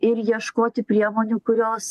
ir ieškoti priemonių kurios